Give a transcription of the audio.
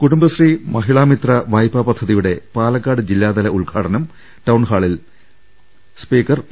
കുടുംബശ്രീ മഹിളാ മിത്ര വായ്പാ പദ്ധതിയുടെ പാലക്കാട് ജില്ലാതല ഉദ്ഘാടനം ടൌൺ ഹാളിൽ നിയമസഭാ സ്പീക്കർ പി